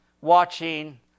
watching